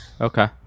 Okay